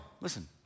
Listen